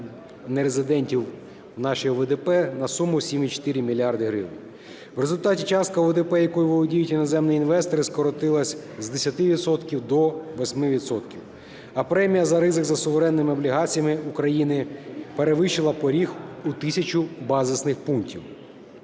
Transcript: нерезидентів в наші ОВДП на суму 7,4 мільярда гривень. В результаті частка ОВДП, якою володіють іноземні інвестори, скоротилася з 10 відсотків до 8 відсотків, а премія за ризик за суверенними облігаціями України перевищила поріг у тисячу базисних пунктів.